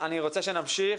אני רוצה שנמשיך.